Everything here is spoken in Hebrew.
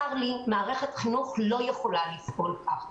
צר לי, מערכת חינוך לא יכולה לפעול כך.